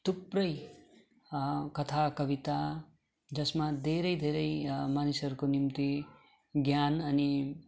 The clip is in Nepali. थुप्रै कथा कविता जसमा धेरै धेरै मानिसहरूको निम्ति ज्ञान अनि